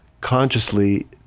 consciously